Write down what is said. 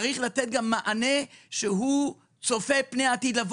אומרים שצריך לתת מענה שגם צופה פני עתיד.